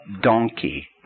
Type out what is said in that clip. donkey